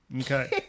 okay